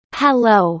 hello